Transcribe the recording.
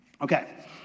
Okay